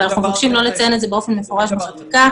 אנחנו מבקשים לא לציין את זה באופן מפורש בחקיקה.